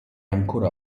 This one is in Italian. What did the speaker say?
ancora